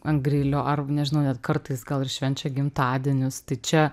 ant grilio ar nežinau net kartais gal ir švenčia gimtadienius čia